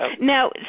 Now